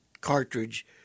cartridge